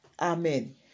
Amen